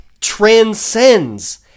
transcends